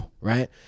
Right